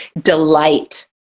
Delight